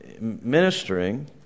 ministering